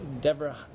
Deborah